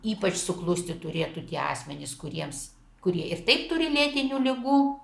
ypač suklusti turėtų tie asmenys kuriems kurie ir taip turi lėtinių ligų